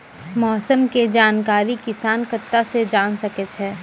मौसम के जानकारी किसान कता सं जेन सके छै?